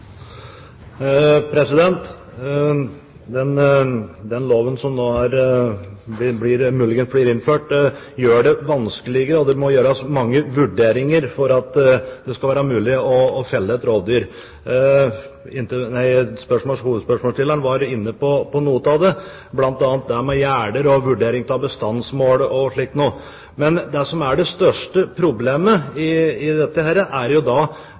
Den loven som muligens blir innført, gjør det vanskeligere og det må foretas mange vurderinger for at det skal være mulig å felle et rovdyr. Hovedspørsmålsstilleren var inne på noe av det, bl.a. det med gjerder og vurdering av bestandsmålet. Det som er det største problemet,